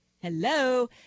Hello